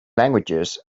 languages